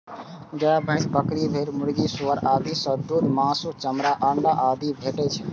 गाय, भैंस, बकरी, भेड़, मुर्गी, सुअर आदि सं दूध, मासु, चमड़ा, अंडा आदि भेटै छै